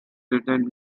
written